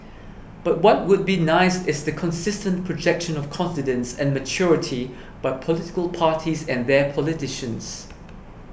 but what would be nice is the consistent projection of confidence and maturity by political parties and their politicians